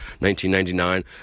1999